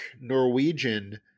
Norwegian